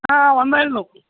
ആ വന്നായിരുന്നു